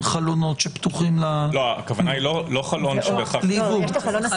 חלונות שפתוחים --- הכוונה היא לא חלון בהכרח --- חלון ההצצה.